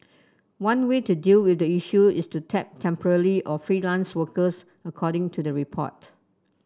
one way to deal with the issue is to tap temporarily or freelance workers according to the report